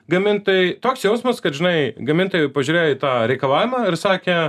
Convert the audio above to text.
gamint tai toks jausmas kad žinai gamintojai pažiūrėjo į tą reikalavimą ir sakė